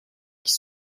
qui